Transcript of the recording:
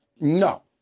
No